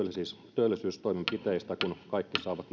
työllisyystoimenpiteistä kun kaikki saavat